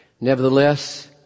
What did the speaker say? nevertheless